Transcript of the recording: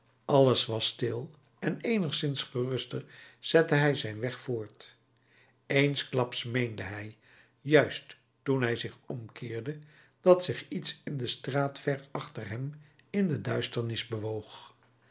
alles was stil en eenigszins geruster zette hij zijn weg voort eensklaps meende hij juist toen hij zich omkeerde dat zich iets in de straat ver achter hem in de duisternis bewoog